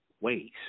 ways